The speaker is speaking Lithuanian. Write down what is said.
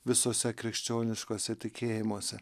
visuose krikščioniškuose tikėjimuose